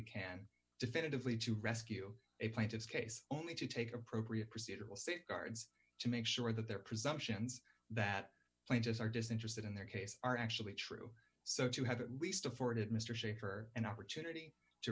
can definitively to rescue a plaintiff's case only to take appropriate procedural safeguards to make sure that there presumptions that plane just are disinterested in their case are actually true so if you have at least afford it mr schieffer an opportunity to